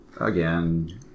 again